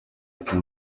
ati